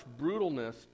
brutalness